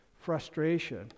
frustration